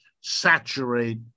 saturate